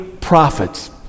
prophets